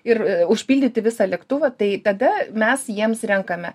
ir užpildyti visą lėktuvą tai tada mes jiems renkame